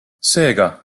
seega